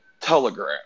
Telegram